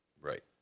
Right